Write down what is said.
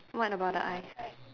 what about the eyes